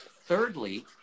thirdly